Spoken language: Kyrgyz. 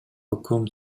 өкүм